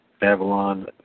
Babylon